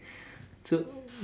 so